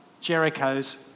Jericho's